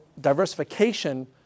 diversification